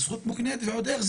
זו זכות מוקנית ועוד איך.